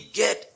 get